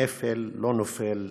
נפל לא נופל לבדו.